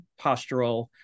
postural